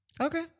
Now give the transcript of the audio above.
Okay